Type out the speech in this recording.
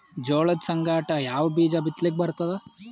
ಜೋಳದ ಸಂಗಾಟ ಯಾವ ಬೀಜಾ ಬಿತಲಿಕ್ಕ ಬರ್ತಾದ?